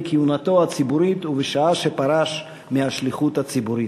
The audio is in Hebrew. כהונתו הציבורית ובשעה שפרש מהשליחות הציבורית.